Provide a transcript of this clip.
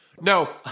No